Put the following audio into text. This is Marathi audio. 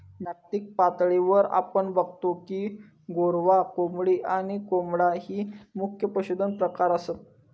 जागतिक पातळीवर आपण बगतो की गोरवां, कोंबडी आणि बोकडा ही मुख्य पशुधन प्रकार आसत